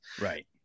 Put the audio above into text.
Right